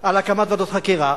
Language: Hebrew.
על הקמת ועדות חקירה,